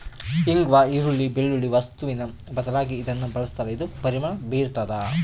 ಇಂಗ್ವಾ ಈರುಳ್ಳಿ, ಬೆಳ್ಳುಳ್ಳಿ ವಸ್ತುವಿನ ಬದಲಾಗಿ ಇದನ್ನ ಬಳಸ್ತಾರ ಇದು ಪರಿಮಳ ಬೀರ್ತಾದ